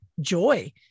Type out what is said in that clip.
joy